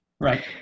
right